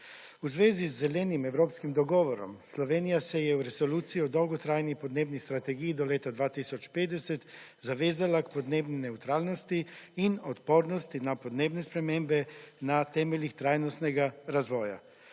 V zvezi z zelenim evropskim dogovorom Slovenija se je v resoluciji o dolgotrajni podnebni strategiji do leta 2050 zavezala k podnebni nevtralnosti in odpornosti na podnebne spremembe na temeljih trajnostnega razvoja.